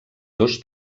dos